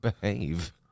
Behave